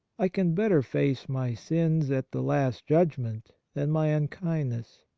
i can better face my sins at the last judgment than my unkindness,